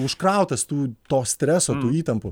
užkrautas tų to streso tų įtampų